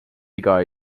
viga